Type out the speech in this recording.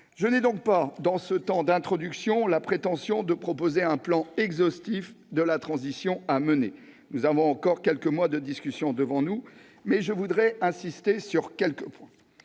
Je n'ai donc pas, dans le cadre de cette introduction, la prétention de proposer un plan exhaustif de la transition à mener- nous avons encore quelques mois de discussion devant nous -, mais je voudrais insister sur quelques points.